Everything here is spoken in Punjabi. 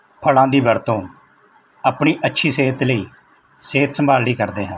ਫਲਾਂ ਦੀ ਵਰਤੋਂ ਆਪਣੀ ਅੱਛੀ ਸਿਹਤ ਲਈ ਸਿਹਤ ਸੰਭਾਲ ਲਈ ਕਰਦੇ ਹਾਂ